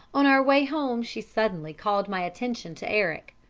on our way home she suddenly called my attention to eric.